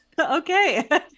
okay